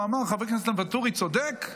הוא אמר: חבר הכנסת ואטורי צודק,